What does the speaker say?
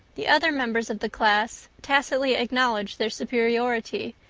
the other members of the class tacitly acknowledged their superiority,